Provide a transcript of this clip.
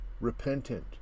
repentant